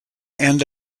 end